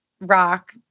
rock